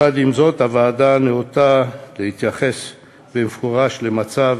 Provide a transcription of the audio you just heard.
עם זאת, הוועדה ניאותה להתייחס במפורש למצב